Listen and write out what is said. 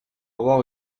avoir